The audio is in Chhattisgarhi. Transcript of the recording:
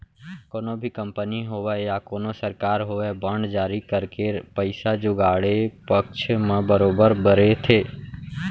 कोनो भी कंपनी होवय या कोनो सरकार होवय बांड जारी करके पइसा जुगाड़े पक्छ म बरोबर बरे थे